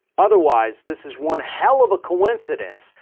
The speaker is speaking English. otherwise, this is one hell of a coincidence,